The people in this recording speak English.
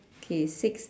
okay six